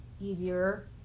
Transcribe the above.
easier